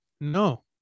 No